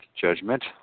judgment